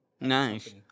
Nice